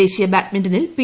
ദേശീയ ബാഡ്മിന്റണിൽ പി